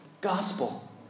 gospel